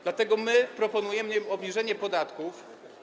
Dlatego my proponujemy im obniżenie podatków.